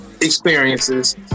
experiences